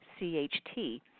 CHT